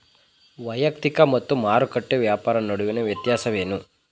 ವೈಯಕ್ತಿಕ ಮತ್ತು ಮಾರುಕಟ್ಟೆ ವ್ಯಾಪಾರ ನಡುವಿನ ವ್ಯತ್ಯಾಸವೇನು?